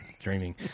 dreaming